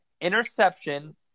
Interception